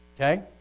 Okay